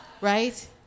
right